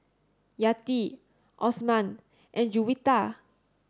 Yati Osman and Juwita